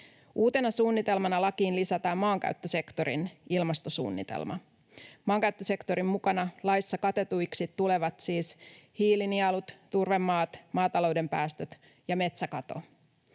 Uutena suunnitelmana lakiin lisätään maankäyttösektorin ilmastosuunnitelma. Maankäyttösektorin mukana laissa katetuiksi tulevat siis hiilinielut, turvemaat, maatalouden päästöt ja metsäkato.